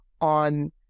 on